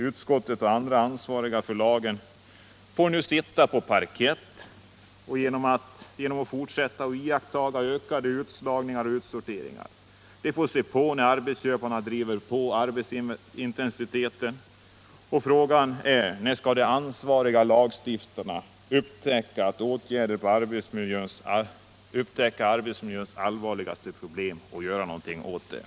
Utskottet och andra ansvariga får nu sitta på parkett och iaktta ökade utslagningar och utsorteringar. De får se på när arbetsköparna driver arbetsintensiteten i höjden. Frågan = Nr 28 är när de ansvariga lagstiftarna skall upptäcka arbetsmiljöns allvarligaste Onsdagen den problem och göra någonting åt detta.